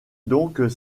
donc